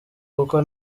kuko